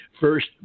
first